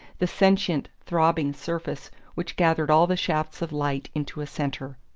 the sentient throbbing surface which gathered all the shafts of light into a centre.